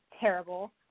Terrible